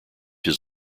his